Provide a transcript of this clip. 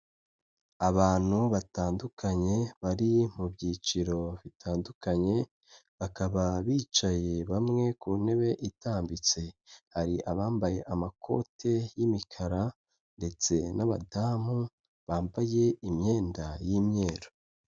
Abantu batandukanye bari mu byiciro bitandukanye, bakaba bicaye bamwe ku ntebe itambitse, hari abambaye amakote y'imikara ndetse n'abadamu bambaye imyenda y'imyeru.